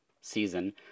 season